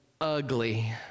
ugly